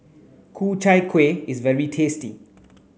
Ku Chai Kuih is very tasty